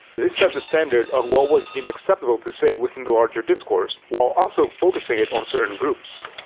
this set the standard of what was deemed acceptable to say within the larger discourse, while also focusing it on certain groups.